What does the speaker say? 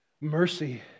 mercy